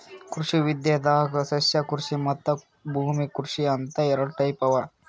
ಕೃಷಿ ವಿದ್ಯೆದಾಗ್ ಸಸ್ಯಕೃಷಿ ಮತ್ತ್ ಭೂಮಿ ಕೃಷಿ ಅಂತ್ ಎರಡ ಟೈಪ್ ಅವಾ